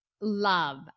love